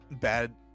bad